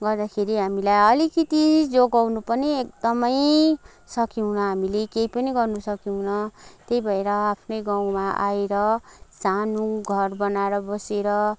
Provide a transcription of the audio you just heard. गर्दाखेरि हामीलाई अलिकिती जोगाउनु पनि एकदमै सकेनौँ हामीले केही पनि गर्नु सकेनौँ त्यही भएर आफ्नै गाउँमा आएर सानो घर बनाएर बसेर